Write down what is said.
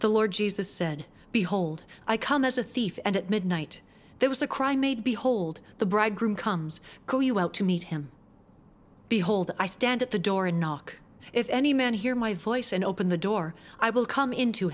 the lord jesus said behold i come as a thief and at midnight there was a cry made behold the bridegroom comes to meet him behold i stand at the door and knock if any man hear my voice and open the door i will come in to